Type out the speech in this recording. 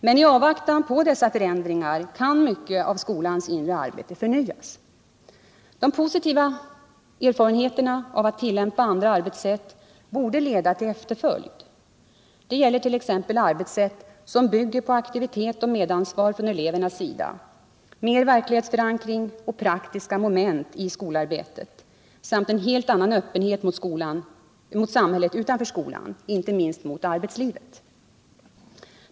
Men i avvaktan på dessa förändringar kan mycket av skolans inre arbete förnyas. De positiva erfarenheterna av att tillämpa andra arbetssätt borde leda till efterföljd. Det gäller t.ex. arbetssätt som bygger på aktivitet och medansvar från elevernas sida, mer av verklighetsförankring och praktiska moment i skolarbetet samt en helt annan öppenhet mot samhället utanför skolan, inte minst mot arbetslivet.